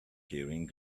keyring